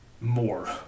more